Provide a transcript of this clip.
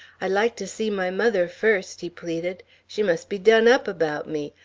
i'd like to see my mother first, he pleaded. she must be done up about me.